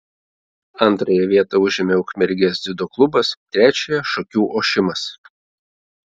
antrąją vietą užėmė ukmergės dziudo klubas trečiąją šakių ošimas